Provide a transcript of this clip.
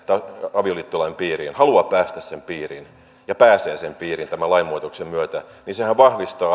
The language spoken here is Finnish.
avioliittolain piiriin haluaa päästä sen piiriin ja pääsee sen piiriin tämän lainmuutoksen myötä niin sehän vahvistaa